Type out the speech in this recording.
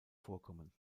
vorkommen